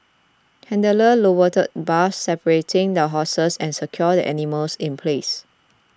handlers lowered bars separating the horses and secured the animals in place